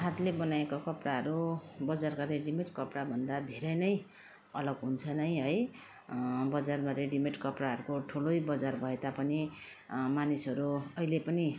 हातले बनाएको कपडाहरू बजारको रेडी मेड कपडा भन्दा धेरै नै अलग हुन्छ नै है बजारमा रेडी मेड कपडाहरूको ठुलै बजार भए तापनि मानिसहरू अहिले पनि